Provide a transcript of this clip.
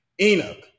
Enoch